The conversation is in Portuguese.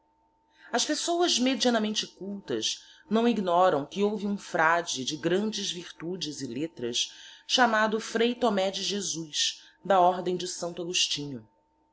as pessoas medianamente cultas não ignoram que houve um frade de grandes virtudes e letras chamado frei thomé de jesus da ordem de santo agostinho